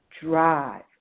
drive